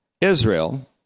Israel